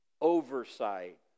oversight